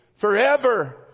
forever